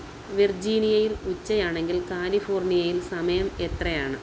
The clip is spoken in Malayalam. വിർജീനിയയിൽ ഉച്ചയാണെങ്കിൽ കാലിഫോർണിയയിൽ സമയം എത്രയാണ്